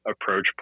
approach